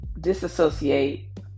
disassociate